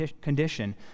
condition